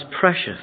precious